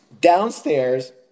Downstairs